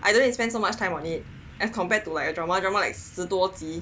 I don't need to spend so much time on it as compared to a drama a drama like 十多级